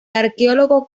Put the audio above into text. arqueólogo